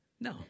No